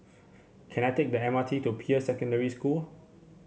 can I take the M R T to Peirce Secondary School